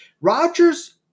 Rodgers